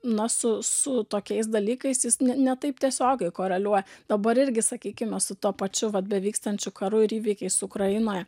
na su su tokiais dalykais jis n ne taip tiesiogiai koreliuoja dabar irgi sakykime su tuo pačiu vat bevykstančiu karu ir įvykiais ukrainoje